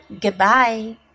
goodbye